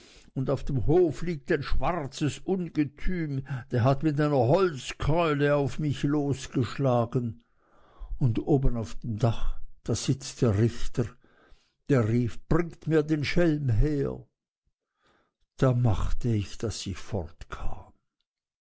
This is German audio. und auf dem hof liegt ein schwarzes ungetüm das hat mit einer holzkeule auf mich losgeschlagen und oben auf dem dache da sitzt der richter der rief bringt mir den schelm her da machte ich daß ich fortkam